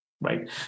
right